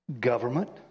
Government